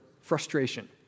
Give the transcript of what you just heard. frustration